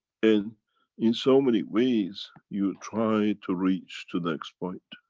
and in so many ways you try to reach to next point.